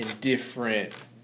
different